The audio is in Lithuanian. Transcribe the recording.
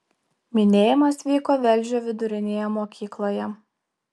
minėjimas vyko velžio vidurinėje mokykloje